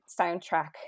soundtrack